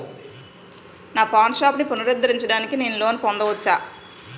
నా పాన్ షాప్ని పునరుద్ధరించడానికి నేను లోన్ పొందవచ్చా?